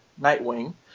Nightwing